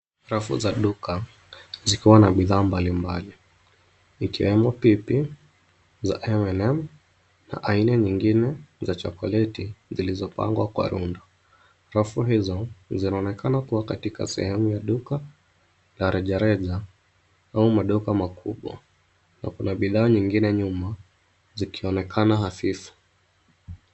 Rafu za duka zikiwa na bidhaa mbalimbali ikiwemo pipi za cs[m&m]cs na aina nyingine za chokoleti zilizopangwa kwa rundo. Rafu hizo zinaonekana kuwa katika sehemu ya duka la rejareja au maduka makubwa na kuna bidhaa nyingine nyuma zikionekana hafifu.